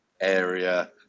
area